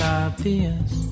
obvious